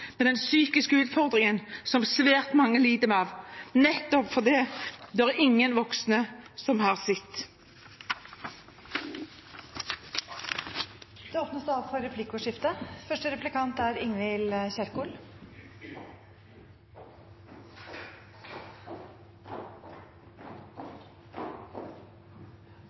med de psykiske utfordringene som svært mange sliter med, nettopp fordi ingen voksne har sett. Det åpnes for replikkordskifte.